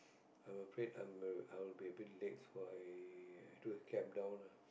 I'm afraid I'm a I'll be a bit late so I I took a cab down lah